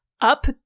up